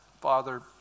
Father